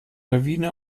lawine